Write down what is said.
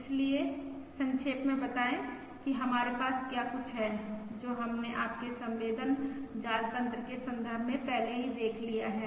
इसलिए संक्षेप में बताएं कि हमारे पास क्या कुछ है जो हमने आपके संवेदन जाल तन्त्र के संदर्भ में पहले ही देख लिया है